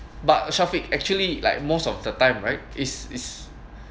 but shaffiq actually like most of the time right is is